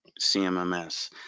CMMS